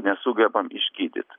nesugebam išgydyt